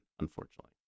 Unfortunately